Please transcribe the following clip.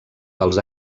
els